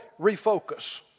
refocus